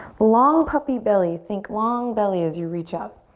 long puppy belly. think long belly as you reach up.